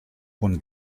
con